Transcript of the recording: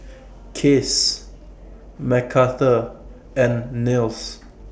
Case Mcarthur and Nils